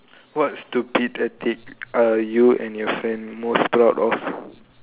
what stupid antics are you and your friend most proud of